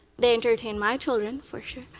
they entertain my children, for sure.